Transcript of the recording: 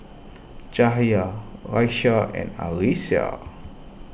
Cahaya Raisya and Arissa